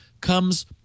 comes